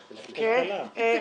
--- עכשיו,